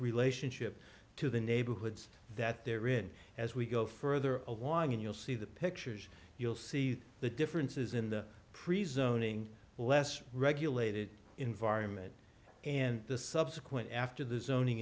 relationship to the neighborhoods that they're in as we go further along and you'll see the pictures you'll see the differences in the presuming less regulated environment and the subsequent after the zoning